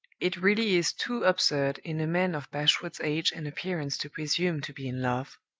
it really is too absurd in a man of bashwood's age and appearance to presume to be in love.